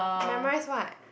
memorize what